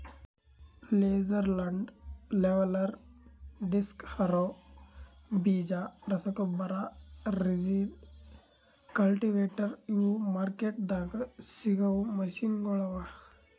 laser land leveller, disc harrow, ಬೀಜ ರಸಗೊಬ್ಬರ, rigid, cultivator ಇವು ಮಾರ್ಕೆಟ್ದಾಗ್ ಸಿಗವು ಮೆಷಿನಗೊಳ್ ಅವಾ